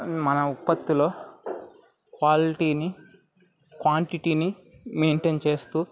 మన ఉత్పత్తిలో క్వాలిటీని క్వాంటిటీని మెయింటైన్ చేస్తు